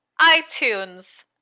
iTunes